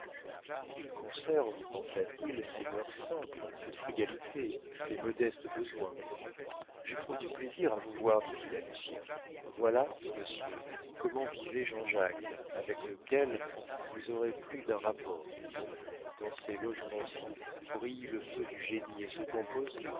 qu'il conserve pensa-t-il ces mœurs simples cette frugalité ces modestes besoins j'éprouve du plaisir à vous voir dit-il à lucien voilà monsieur comment vivait jean-jacques avec lequel vous aurez plus d'un rapport dans ces logements ci brille le feu du génie et se composent